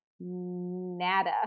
Nada